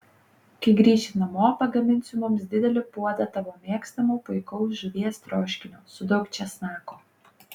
kai grįši namo pagaminsiu mums didelį puodą tavo mėgstamo puikaus žuvies troškinio su daug česnako